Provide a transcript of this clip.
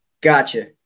gotcha